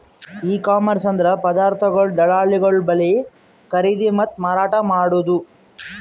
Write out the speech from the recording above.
E commerce ಅಂದ್ರ ಪದಾರ್ಥಗೊಳ್ ದಳ್ಳಾಳಿಗೊಳ್ ಬಲ್ಲಿ ಖರೀದಿ ಮತ್ತ್ ಮಾರಾಟ್ ಮಾಡದು